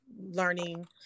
learning